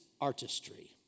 artistry